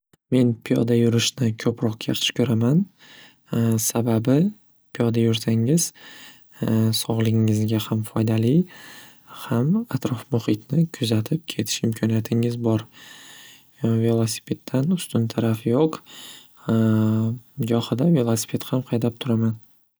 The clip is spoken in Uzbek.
Men piyoda yurishni ko'proq yaxshi ko'raman sababi piyoda yursangiz sog'ligingizga ham foydali ham atrof muhitni kuzatib ketish imkoniyatingiz bor velosipeddan ustun tarafi yo'q gohida velosiped ham haydab turaman.